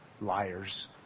liars